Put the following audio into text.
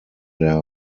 der